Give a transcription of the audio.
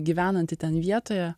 gyvenanti ten vietoje